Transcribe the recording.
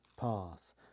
Path